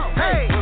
hey